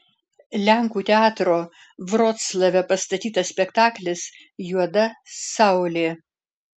lenkų teatro vroclave pastatytas spektaklis juoda saulė